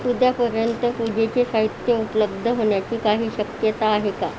उद्यापर्यंत पूजेचे साहित्य उपलब्ध होण्याची काही शक्यता आहे का